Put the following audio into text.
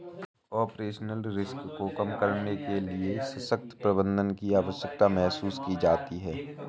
operational risk को कम करने के लिए सशक्त प्रबंधन की आवश्यकता महसूस की जाती है